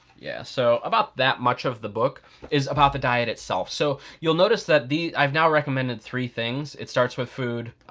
yeah, so about that much of the book is about the diet itself. so, you'll notice that, i've now recommended three things. it starts with food,